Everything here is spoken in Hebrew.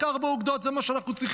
רק ארבע אוגדות, זה מה שאנחנו צריכים.